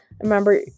Remember